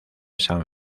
san